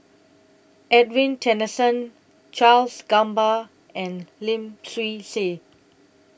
Edwin Tessensohn Charles Gamba and Lim Swee Say